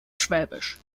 schwäbisch